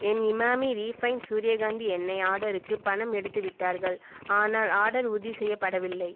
என் Emami refined சூரியகாந்தி எண்ணெய் ஆர்டருக்கு பணம் எடுத்துவிட்டார்கள் ஆனால் ஆர்டர் உறுதி செய்யப்படவில்லை